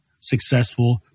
successful